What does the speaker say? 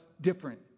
different